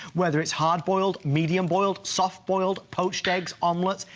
whether it is hard-boiled medium boiled soft-boiled poached eggs omelettes.